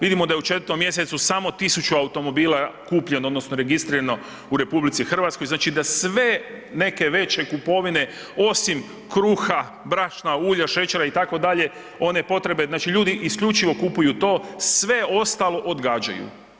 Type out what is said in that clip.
Vidimo da je u 4.mjesecu samo tisuću automobila kupljeno odnosno registrirano u RH, znači da sve neke veće kupovina osim kruha, brašna, ulja, šećera itd. one potrebe znači ljudi isključivo kupuju to, sve ostalo odgađaju.